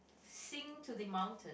sing to the mountain